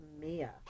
Mia